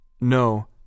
No